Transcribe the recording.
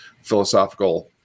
philosophical